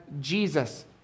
Jesus